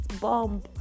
bomb